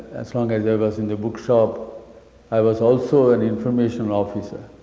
as long as i was in the bookshop i was also an information officer,